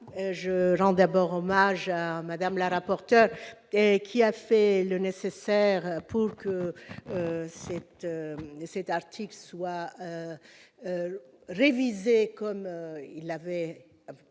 rendre hommage à Mme la rapporteur, qui a fait le nécessaire pour que cet article soit révisé comme il se devait.